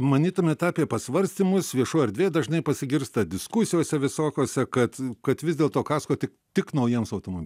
manytumėt apie pasvarstymus viešoj erdvėj dažnai pasigirsta diskusijose visokiose kad kad vis dėlto kasko tik tik naujiems automob